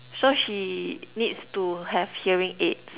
so she needs to have hearing aids